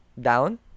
down